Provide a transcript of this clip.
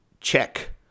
check